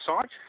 site